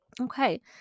Okay